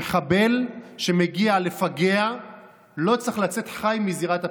אני חושב שמחבל שמגיע לפגע לא צריך לצאת חי מזירת הפיגוע,